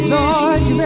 Lord